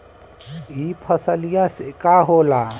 ई फसलिया से का होला?